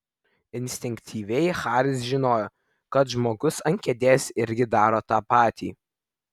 instinktyviai haris žinojo kad žmogus ant kėdės irgi daro tą patį